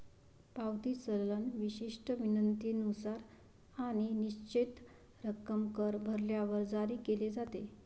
पावती चलन विशिष्ट विनंतीनुसार आणि निश्चित रक्कम कर भरल्यावर जारी केले जाते